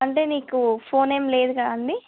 అంటే నీకు ఫోన్ ఏం లేదు కదా అండి